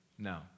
No